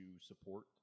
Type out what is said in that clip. support